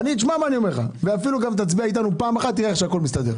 אני רק רוצה לדעת אם מנסור כאן כי הבנתי שהיו איזה שהן הסכמות.